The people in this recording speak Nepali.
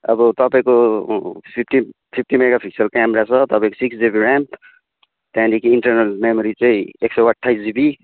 अब तपाईँको फिफ्टी फिफ्टी मेगा पिक्सलको क्यामरा छ तपाईँको सिक्स जिबी ऱ्याम त्यहाँदेखि इन्टरनल मेमोरी चाहिँ एक सौ अठाइस जिबी